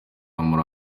muri